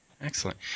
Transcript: Excellent